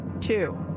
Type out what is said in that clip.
two